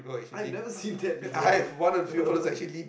I've never seen that before though